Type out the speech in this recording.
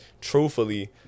truthfully